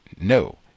No